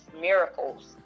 miracles